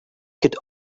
could